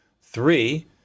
Three